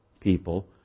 people